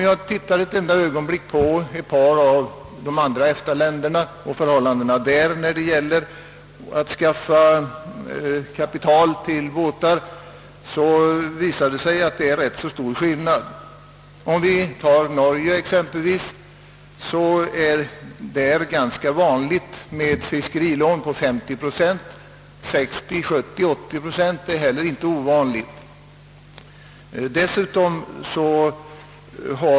Ser man ett enda ögonblick på förhållandena i de andra EFTA-länderna när det gäller att skaffa kapital till fiskebåtar så visar det sig att det är rätt stor skillnad. I Norge exempelvis är det ganska vanligt med fiskerilån på 50 procent av anskaffningskostnaden; 60, 70 och 80 procent är heller inte ovanligt.